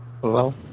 Hello